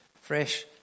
fresh